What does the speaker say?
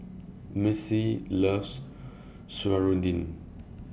Missy loves Serunding